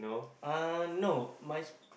uh no my s~